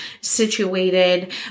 situated